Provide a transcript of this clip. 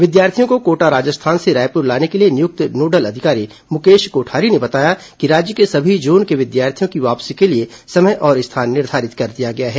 विद्यार्थियो को कोटा राजस्थान से रायपुर लाने के लिए नियुक्त नोडल अधिकारी मुकेश कोठारी ने बताया कि राज्य के सभी जोन के विद्यार्थियों की वापसी के लिए समय और स्थान निर्धारित कर दिया गया है